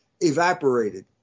evaporated